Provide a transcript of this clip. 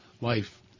life